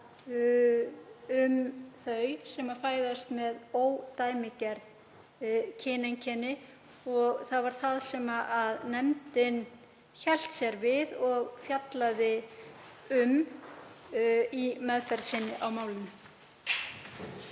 um þau sem fæðast með ódæmigerð kyneinkenni. Það var það sem nefndin hélt sig við og fjallaði um í meðferð sinni á málinu.